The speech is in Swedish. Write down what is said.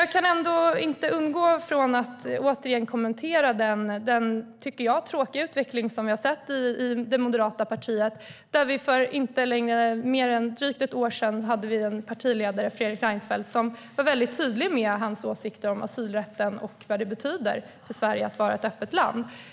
Jag kan inte undvika att återigen kommentera den, tycker jag, tråkiga utveckling som vi har sett i det moderata partiet. För inte mer än drygt ett år sedan hade det en partiledare, Fredrik Reinfeldt, som var tydlig med sina åsikter om asylrätten och vad det betyder för Sverige att vara ett öppet land.